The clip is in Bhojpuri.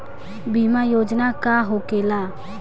बीमा योजना का होखे ला?